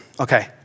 Okay